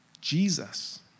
Jesus